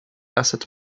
asset